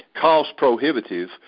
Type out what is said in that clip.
cost-prohibitive